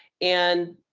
and,